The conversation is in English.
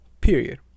Period